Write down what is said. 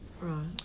Right